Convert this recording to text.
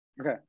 Okay